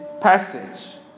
passage